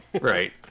Right